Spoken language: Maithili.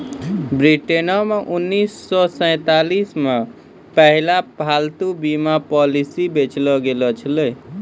ब्रिटेनो मे उन्नीस सौ सैंतालिस मे पहिला पालतू बीमा पॉलिसी बेचलो गैलो छलै